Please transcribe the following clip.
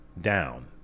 down